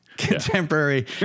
contemporary